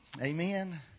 Amen